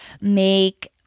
make